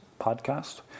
podcast